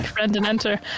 enter